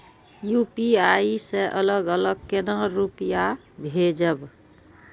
UPI से अलग अलग केना रुपया भेजब